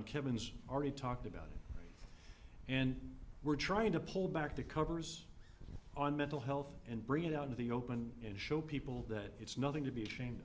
and kevin's already talked about and we're trying to pull back the covers on mental health and bring it out in the open and show people that it's nothing to be ashamed